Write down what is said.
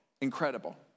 Incredible